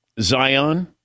Zion